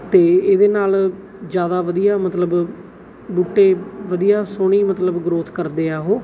ਅਤੇ ਇਹਦੇ ਨਾਲ ਜ਼ਿਆਦਾ ਵਧੀਆ ਮਤਲਬ ਬੂਟੇ ਵਧੀਆ ਸੋਹਣੀ ਮਤਲਬ ਗਰੋਥ ਕਰਦੇ ਆ ਉਹ